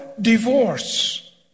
divorce